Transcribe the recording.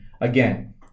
Again